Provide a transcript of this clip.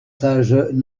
sages